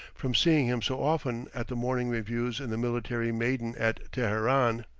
from seeing him so often at the morning reviews in the military maiden at teheran.